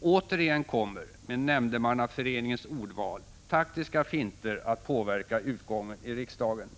Återigen kommer — med nämndemannaföreningens ordval — taktiska finter att påverka utgången i riksdagen.